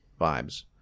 vibes